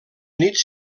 nits